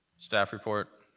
staff report.